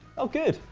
oh good.